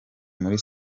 muri